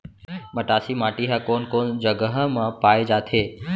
मटासी माटी हा कोन कोन जगह मा पाये जाथे?